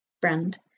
brand